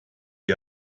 wie